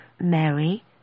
mary